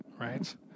right